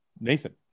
Nathan